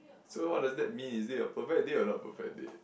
so what does that mean is it a perfect date or not perfect date